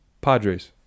Padres